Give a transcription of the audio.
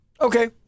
Okay